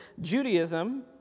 judaism